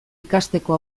ikasteko